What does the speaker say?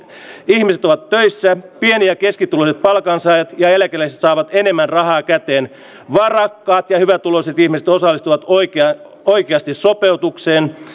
ihmiset ovat töissä pieni ja keskituloiset palkansaajat ja eläkeläiset saavat enemmän rahaa käteen varakkaat ja hyvätuloiset ihmiset osallistuvat oikeasti sopeutukseen